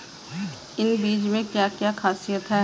इन बीज में क्या क्या ख़ासियत है?